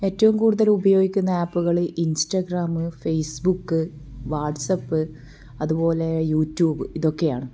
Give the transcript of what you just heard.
ഏറ്റവും കൂടുതൽ ഉപയോഗിക്കുന്ന ആപ്പുകൾ ഇൻസ്റ്റാഗ്രാം ഫേസ്ബുക്ക് വാട്സ്ആപ്പ് അതുപോലെ യൂട്യൂബ് ഇതൊക്കെയാണ്